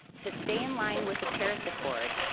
to stay in line with the paris accord,